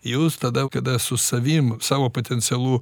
jūs tada kada su savim savo potencialu